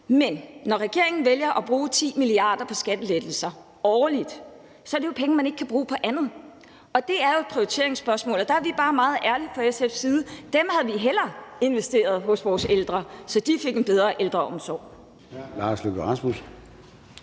men når regeringen vælger at bruge 10 mia. kr. på skattelettelser årligt, er det jo penge, man ikke kan bruge på andet. Det er jo et prioriteringsspørgsmål. Der er vi bare meget ærlige fra SF's side: Dem havde vi hellere investeret hos vores ældre, så de fik en bedre ældreomsorg.